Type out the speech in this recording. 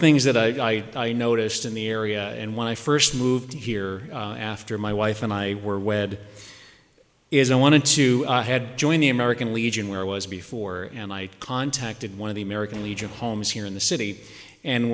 things that i noticed in the area and when i first moved here after my wife and i were wed is i wanted to head join the american legion where i was before and i contacted one of the american legion homes here in the city and